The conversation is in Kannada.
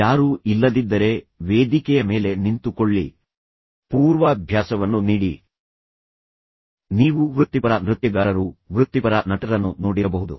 ಯಾರೂ ಇಲ್ಲದಿದ್ದರೆ ವೇದಿಕೆಯ ಮೇಲೆ ನಿಂತುಕೊಳ್ಳಿ ಪೂರ್ವಾಭ್ಯಾಸವನ್ನು ನೀಡಿ ನೀವು ವೃತ್ತಿಪರ ನೃತ್ಯಗಾರರು ವೃತ್ತಿಪರ ನಟರನ್ನು ನೋಡಿರಬಹುದು